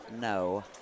no